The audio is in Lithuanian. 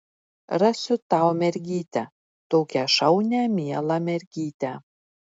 rasiu tau mergytę tokią šaunią mielą mergytę